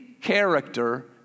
character